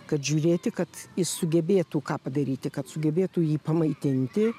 kad žiūrėti kad jis sugebėtų ką padaryti kad sugebėtų jį pamaitinti